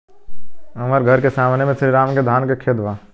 हमर घर के सामने में श्री राम के धान के खेत बा